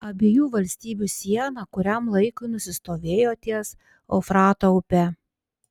abiejų valstybių siena kuriam laikui nusistovėjo ties eufrato upe